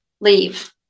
leave